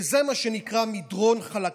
וזה מה שנקרא מדרון חלקלק,